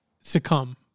succumb